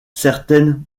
certaines